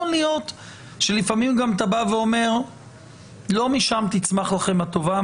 יכול להיות שלפעמים אתה בא ואומר שלא משם תצמח לכם הטובה,